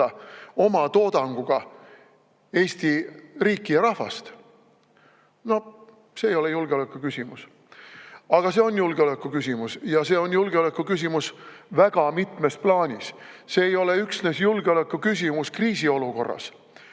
oma toodanguga Eesti riiki ja rahvast ära toita – no see ei ole julgeolekuküsimus. Aga see on julgeolekuküsimus, ja see on julgeolekuküsimus väga mitmes plaanis. See ei ole üksnes julgeolekuküsimus kriisiolukorras.